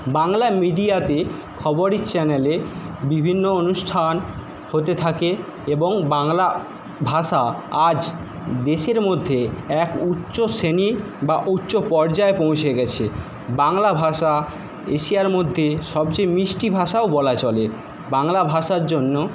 বাংলা মিডিয়াতে বা খবরের চ্যানেলে বিভিন্ন অনুষ্ঠান হতে থাকে এবং বাংলাভাষা আজ দেশের মধ্যে এক উচ্চ শ্রেণির বা উচ্চপর্যায়ে পৌঁছে গেছে বাংলা ভাষা এশিয়ার মধ্যে সবচেয়ে মিষ্টি ভাষাও বলা চলে বাংলাভাষার জন্য